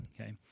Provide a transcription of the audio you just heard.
okay